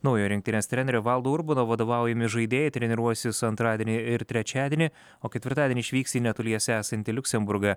naujo rinktinės trenerio valdo urbono vadovaujami žaidėjai treniruosis antradienį ir trečiadienį o ketvirtadienį išvyks į netoliese esantį liuksemburgą